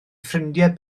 ffrindiau